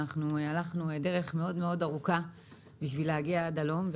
אנחנו הלכנו דרך מאוד מאוד ארוכה בשביל להגיע עד הלום.